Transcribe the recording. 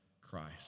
Christ